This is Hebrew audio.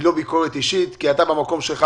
היא לא ביקורת אישית כי אתה במקום שלך